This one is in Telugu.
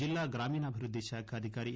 జిల్లా గ్రామీనాభి వృద్ది శాఖ అధికారి ఎ